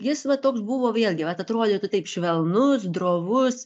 jis va toks buvo vėlgi vat atrodytų taip švelnus drovus